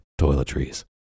toiletries